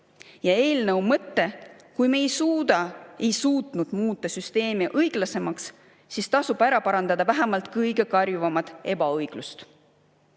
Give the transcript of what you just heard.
Eelnõu mõte: kui me ei ole suutnud muuta süsteemi õiglasemaks, siis tasub ära parandada vähemalt kõige karjuvam ebaõiglus.